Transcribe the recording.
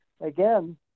Again